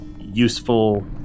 useful